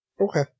Okay